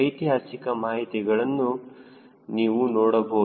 ಐತಿಹಾಸಿಕ ಮಾಹಿತಿಗಳನ್ನು ನೀವು ನೋಡಬಹುದು